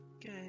Good